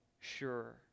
sure